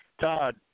Todd